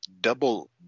double